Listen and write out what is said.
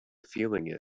feeling